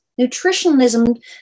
Nutritionalism